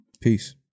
Peace